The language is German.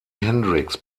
hendrix